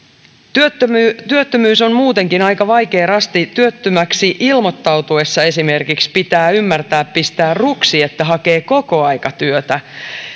työttömyys työttömyys on muutenkin aika vaikea rasti työttömäksi ilmoittautuessa esimerkiksi pitää ymmärtää pistää ruksi että hakee kokoaikatyötä